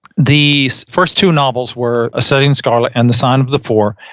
the first two novels were a study in scarlet and the sign of the four,